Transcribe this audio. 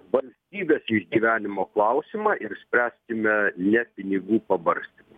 valstybės išgyvenimo klausimą ir spręskime ne pinigų pabarstymui